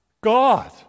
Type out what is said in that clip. God